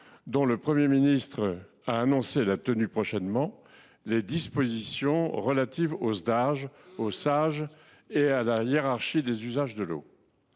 dont le M. Premier ministre a annoncé la tenue prochainement, les dispositions relatives aux Sdage, aux Sage et à la hiérarchie des usages de l’eau.